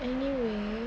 anyway